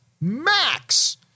max